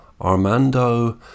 Armando